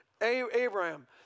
Abraham